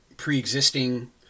pre-existing